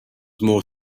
more